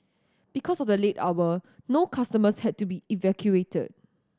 because of the late hour no customers had to be evacuated